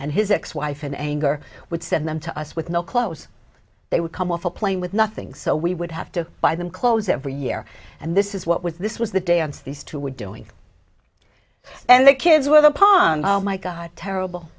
and his ex wife in anger would send them to us with no clothes they would come off a plane with nothing so we would have to buy them clothes every year and this is what was this was the dance these two were doing and the kids were upon oh my god terrible